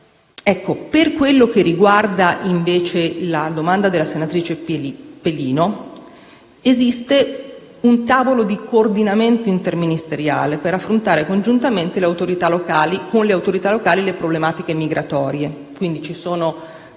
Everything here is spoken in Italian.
Per quanto riguarda la domanda della senatrice Pelino, esiste un tavolo di coordinamento interministeriale per affrontare, congiuntamente con le autorità locali, le problematiche migratorie